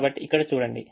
కాబట్టి ఇక్కడ చూడండి